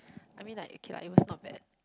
I mean like okay lah it was not bad